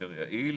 יותר יעיל.